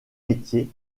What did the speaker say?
métiers